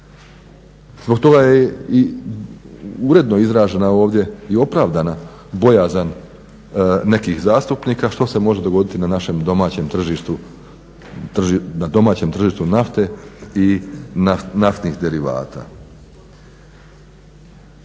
Zbog toga je i uredno izražena ovdje i opravdana bojazan nekih zastupnika što se može dogoditi na našem domaćem tržištu nafte i naftnih derivata.